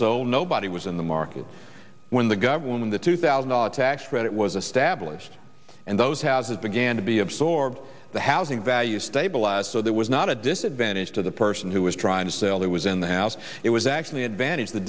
so nobody was in the market when the government of the two thousand dollar tax credit was established and those houses began to be absorbed the housing values stabilize so there was not a disadvantage to the person who was trying to sell who was in the house it was actually advantage the